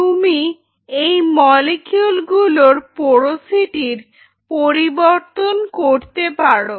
তুমি এই মলিকিউল গুলোর পোরোসিটির পরিবর্তন করতে পারো